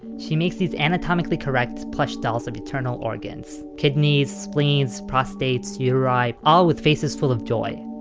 she makes these anatomically correct plush dolls of internal organs, kidneys, spleens, prostates, urethra, all with faces full of joy.